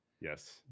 Yes